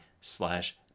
slash